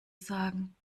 sagen